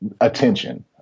attention